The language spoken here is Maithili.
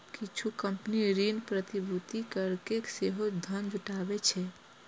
किछु कंपनी ऋण प्रतिभूति कैरके सेहो धन जुटाबै छै